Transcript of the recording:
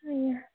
ଆଜ୍ଞା